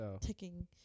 ticking